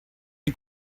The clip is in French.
les